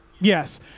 yes